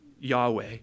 Yahweh